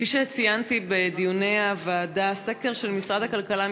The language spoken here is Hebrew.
(תיקון מס' 12) (העברת נטל ההוכחה בתובענה על התנכלות),